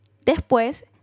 Después